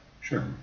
Sure